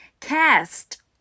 Cast